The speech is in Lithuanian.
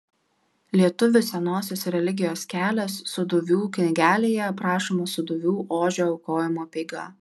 lietuvių senosios religijos kelias sūduvių knygelėje aprašoma sūduvių ožio aukojimo apeiga